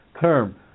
term